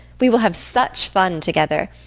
we will have such fun together!